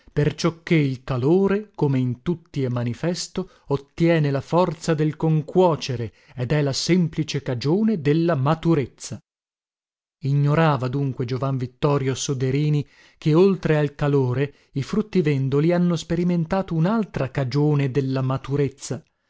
calore come in tutti è manifesto ottiene la forza del concuocere ed è la semplice cagione della maturezza ignorava dunque giovan vittorio soderini che oltre al calore i fruttivendoli hanno sperimentato unaltra cagione della maturezza per